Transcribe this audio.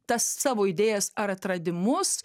tas savo idėjas ar atradimus